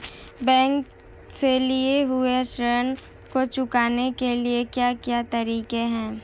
Bank से लिए हुए ऋण को चुकाने के क्या क्या तरीके हैं?